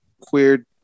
queer